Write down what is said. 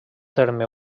terme